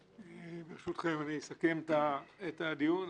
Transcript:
ברשותכם אני אסכם את הדיון.